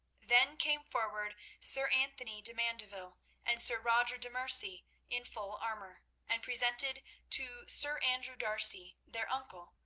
then came forward sir anthony de mandeville and sir roger de merci in full armour, and presented to sir andrew d'arcy, their uncle,